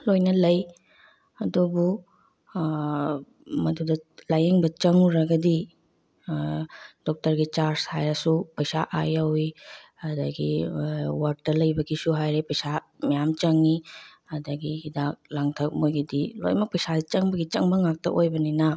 ꯂꯣꯏꯅ ꯂꯩ ꯑꯗꯨꯕꯨ ꯃꯗꯨꯗ ꯂꯥꯏꯌꯦꯡꯕ ꯆꯪꯉꯨꯔꯒꯗꯤ ꯗꯣꯛꯇꯔꯒꯤ ꯆꯥꯔꯖ ꯍꯥꯏꯔꯁꯨ ꯄꯩꯁꯥ ꯑꯥ ꯌꯧꯋꯤ ꯑꯗꯨꯗꯒꯤ ꯋꯥꯔꯠꯇ ꯂꯩꯕꯒꯤꯁꯨ ꯍꯥꯏꯔꯦ ꯄꯩꯁꯥ ꯃꯌꯥꯝ ꯆꯪꯉꯤ ꯑꯗꯒꯤ ꯍꯤꯗꯥꯛ ꯂꯥꯡꯊꯛ ꯃꯣꯏꯒꯤꯗꯤ ꯂꯣꯏꯅꯃꯛ ꯄꯩꯁꯥꯁꯦ ꯆꯪꯕꯒꯤ ꯆꯪꯕ ꯉꯥꯛꯇ ꯑꯣꯏꯕꯅꯤꯅ